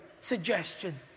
suggestion